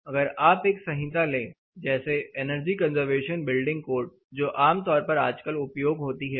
अगर आप एक संहिता ले जैसे एनर्जी कंजर्वेशन बिल्डिंग कोड जो आमतौर पर आजकल उपयोग होती है